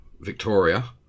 Victoria